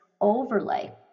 overlay